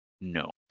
No